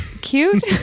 cute